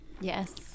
Yes